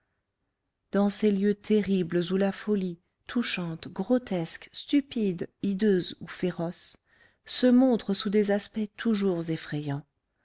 dans ces lieux terribles où la folie touchante grotesque stupide hideuse ou féroce se montre sous des aspects toujours effrayants